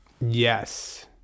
Yes